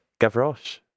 Gavroche